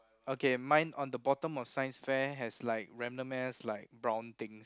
okay mine on the bottom of Science fair has like random ass like brown things